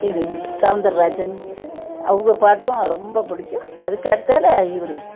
இது சவுந்திர ராஜன் அவங்க பாட்டும் ரொம்ப பிடிக்கும் அதுக்கு அடுத்ததில் இவர்